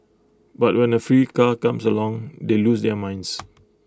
but when A free car comes along they lose their minds